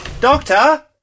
Doctor